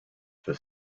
for